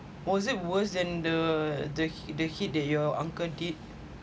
was it worse than the the the hit the your uncle did